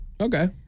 Okay